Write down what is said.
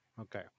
Okay